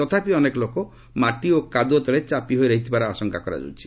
ତଥାପି ଅନେକ ଲୋକ ମାଟି ଓ କାଦୁଅ ତଳେ ଚାପି ହୋଇ ରହିଥିବାର ଆଶଙ୍କା କରାଯାଉଛି